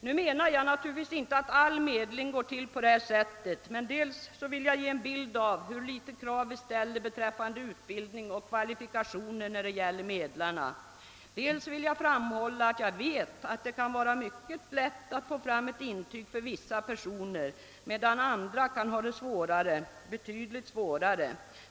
Nu menar jag naturligtvis inte att all medling går till på det här sättet, men dels vill jag ge en bild av hur små krav vi ställer beträffande utbildning och kvalifikationer när det gäller medlarna, dels vill jag framhålla att jag vet, att det kan vara mycket lätt att få fram ett intyg för vissa personer, medan andra kan ha det betydligt svårare.